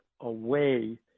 away